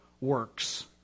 works